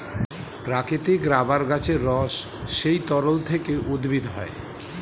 প্রাকৃতিক রাবার গাছের রস সেই তরল থেকে উদ্ভূত হয়